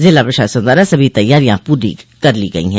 जिला प्रशासन द्वारा सभी तैयारियां पूरी कर ली गई है